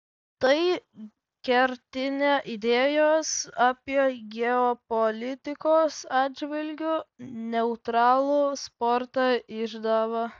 tai kertinė idėjos apie geopolitikos atžvilgiu neutralų sportą išdava